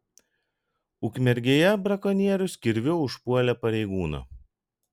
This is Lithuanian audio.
ukmergėje brakonierius kirviu užpuolė pareigūną